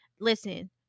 listen